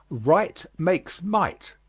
right makes might.